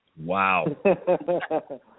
Wow